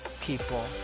people